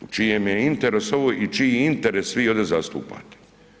U čijem je interesu ovo i čiji interes vi ovdje zastupate?